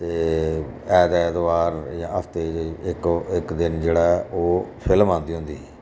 ते ऐत ऐतवार इ'यां हप्ते इक दिन जेह्ड़ा ऐ ओह् फिल्म आंदी होंदी ही